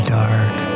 dark